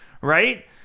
right